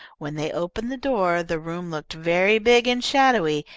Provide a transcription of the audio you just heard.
when they opened the door the room looked very big and shadowy,